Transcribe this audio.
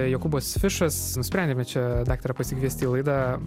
jokūbas fišas nusprendėme čia daktarą pasikviesti į laidą